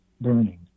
burning